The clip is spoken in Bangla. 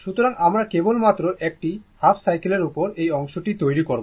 সুতরাং আমরা কেবল মাত্র একটি হাফ সাইকেলের উপর এই অংশটি তৈরি করব